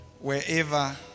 wherever